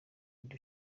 yindi